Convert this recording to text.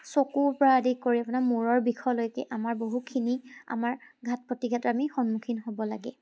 চকুৰ পৰা আদি কৰি আপোনাৰ মুৰৰ বিষলৈকে আমাৰ বহুখিনি আমাৰ ঘাট প্ৰতিঘাট আমি সন্মুখীন হ'ব লাগে